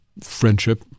Friendship